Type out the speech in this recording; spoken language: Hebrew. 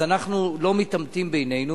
אז אנחנו לא מתעמתים בינינו,